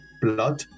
blood